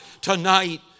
tonight